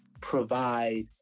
provide